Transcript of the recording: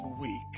week